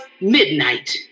midnight